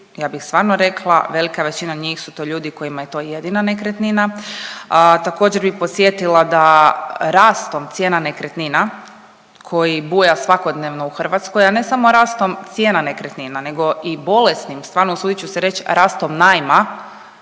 ja bih stvarno rekla velika većina njih su to ljudi kojima je to jedina nekretnina. Također bi podsjetila da rastom cijena nekretnina koji buja svakodnevno u Hrvatskoj, a ne samo rastom cijena nekretnina nego i bolesnim stvarno usudit ću se reć, rastom najma,